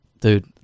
dude